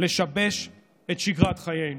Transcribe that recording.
לשבש את שגרת חיינו.